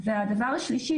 והדבר השלישי,